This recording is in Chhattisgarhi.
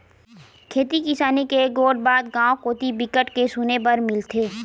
खेती किसानी के गोठ बात गाँव कोती बिकट के सुने बर मिलथे